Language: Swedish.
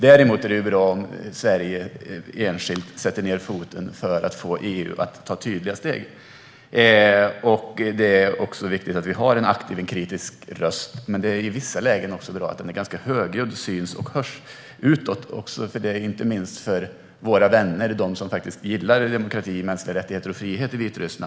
Däremot är det bra om Sverige enskilt sätter ned foten för att få EU att ta tydliga steg. Det är också viktigt att vi har en aktiv och kritisk röst, men det är i vissa lägen också bra att den är ganska högljudd och hörs även utåt, eftersom det är ett viktigt stöd, inte minst för våra vänner i Vitryssland som faktiskt gillar demokrati, mänskliga rättigheter och frihet.